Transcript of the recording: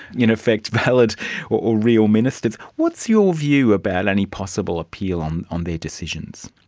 in effect, valid or or real ministers. what's your view about any possible appeal on on their decisions?